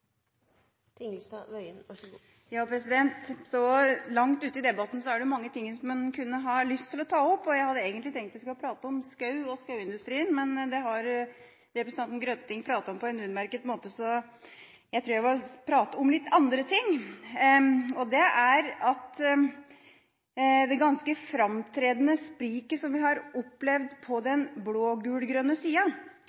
det mange ting en kunne ha lyst til å ta opp. Jeg hadde egentlig tenkt å snakke om skog og skogindustrien, men det har representanten Grøtting snakket om på en utmerket måte, så jeg tror jeg må snakke om litt andre ting. Det ganske framtredende spriket som vi har opplevd på den blå-gul-grønne siden, ikke minst i løpet av de